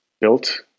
built